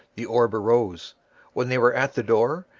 the orb arose when they were at the door,